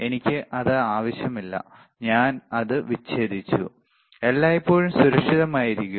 എനിക്ക് അത് ആവശ്യമില്ല ഞാൻ അത് വിച്ഛേദിച്ചു എല്ലായ്പ്പോഴും സുരക്ഷിതമായിരിക്കുക